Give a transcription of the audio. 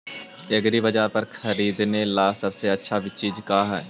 एग्रीबाजार पर खरीदने ला सबसे अच्छा चीज का हई?